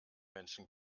menschen